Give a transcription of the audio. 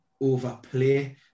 overplay